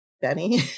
Benny